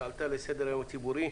שעלתה על סדר היום הציבורי.